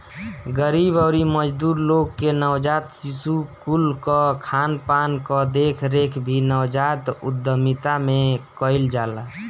गरीब अउरी मजदूर लोग के नवजात शिशु कुल कअ खानपान कअ देखरेख भी नवजात उद्यमिता में कईल जाला